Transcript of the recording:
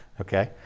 Okay